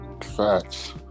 Facts